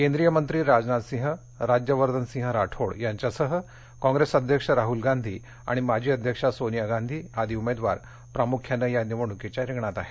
केंद्रीय मंत्री राजनाथ सिंह राज्यवर्धन राठोड यांच्यासह काँग्रस अध्यक्ष राहुल गांधी आणि माजी अध्यक्ष सोनिया गांधी आदी उमेदवार निवडणूक रिंगणात आहेत